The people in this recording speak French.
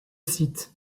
site